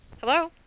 hello